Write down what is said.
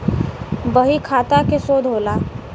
बहीखाता के शोध होला